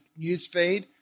newsfeed